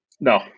No